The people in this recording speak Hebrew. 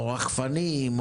או רחפנים,